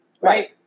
Right